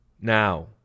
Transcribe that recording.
now